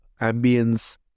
ambience